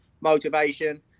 motivation